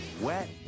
Wet